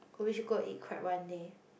oh we should go eat crab one day